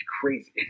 crazy